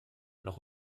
noch